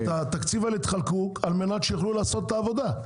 את התקציב הזה תחלקו על מנת שתוכלו לעשות את העבודה.